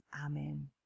amen